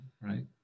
right